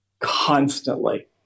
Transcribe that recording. constantly